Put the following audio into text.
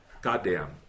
goddamn